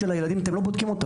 הילדים אתם לא בודקים.